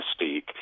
mystique